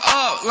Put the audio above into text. up